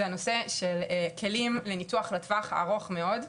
הוא הנושא של כלים לניתוח לטווח הארוך מאוד.